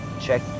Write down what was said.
Check